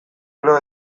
gero